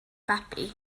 babi